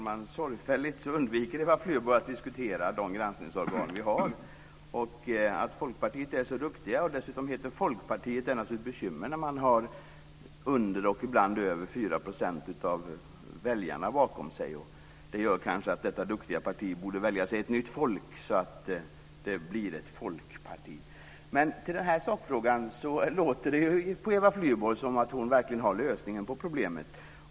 Herr talman! Eva Flyborg undviker sorgfälligt att diskutera de granskningsorgan som vi har. Att heta Folkpartiet är naturligtvis ett bekymmer när man har under, och ibland strax över, 4 % av väljarna bakom sig. Det gör kanske att detta duktiga parti borde välja sig ett nytt folk så att det verkligen blir ett folkparti. Åter till sakfrågan. Det låter på Eva Flyborg som att hon har lösningen på problemet.